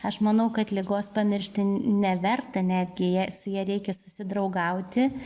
aš manau kad ligos pamiršti neverta netgi ją su ja reikia susidraugauti